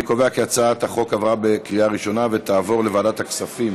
אני קובע כי הצעת החוק עברה בקריאה ראשונה ותעבור לוועדת הכספים